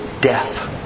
death